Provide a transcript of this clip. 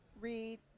Read